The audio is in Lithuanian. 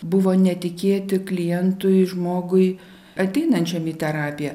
buvo netikėti klientui žmogui ateinančiam į terapiją